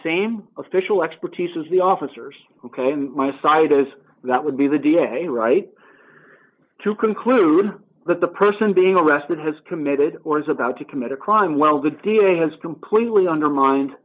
same official expertise as the officers ok and my side is that would be the da right to conclude that the person being arrested has committed or is about to commit a crime while the da has completely undermined